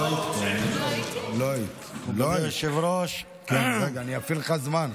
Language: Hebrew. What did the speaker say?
כבוד היושב-ראש, רגע, אני אפעיל לך את הזמן.